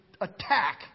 attack